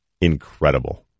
Incredible